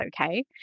okay